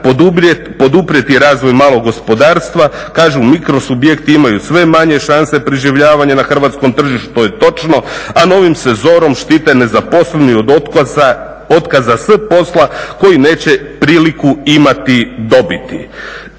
poduprijeti razvoj malog gospodarstva. Kažem, mikro subjekti imaju sve manje šanse preživljavanja na hrvatskom tržištu to je točno, a novim se ZOR-om štite nezaposleni od otkaza s posla koji neće priliku imati dobiti.